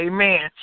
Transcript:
Amen